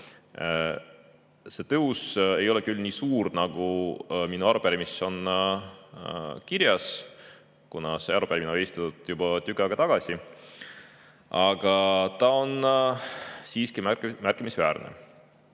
See tõus ei ole küll nii suur, nagu minu arupärimises on kirjas, kuna see arupärimine esitati juba tükk aega tagasi, aga [see tõus] on siiski märkimisväärne.